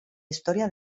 historia